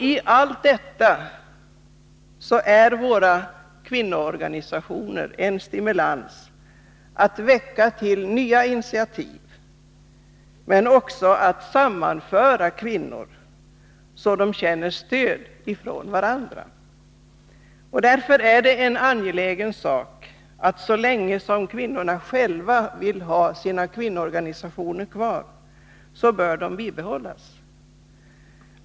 I allt detta är våra kvinnoorganisationer en stimulans för att väcka till nya initiativ men också för att sammanföra kvinnor, så att de känner stöd från varandra. Därför är det angeläget att kvinnoorganisationerna, så länge som kvinnorna själva vill ha dem kvar, bibehålles.